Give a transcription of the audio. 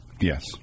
Yes